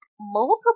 multiple